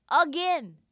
again